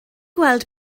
gweld